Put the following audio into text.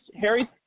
Harry